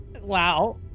Wow